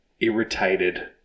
irritated